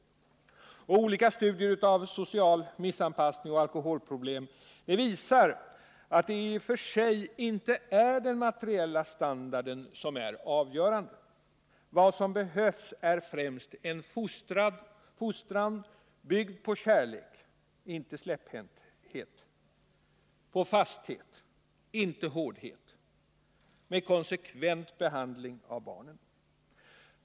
Olika studier av social missanpassning och alkoholproblem visar att det i och för sig inte är den materiella standarden som är avgörande. Vad som behö fostran byggd på kärlek, inte släpphänthet, och på fasthet, inte hårdhet, med en konsekvent behandling av barnet.